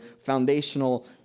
foundational